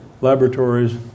laboratories